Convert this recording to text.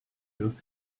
you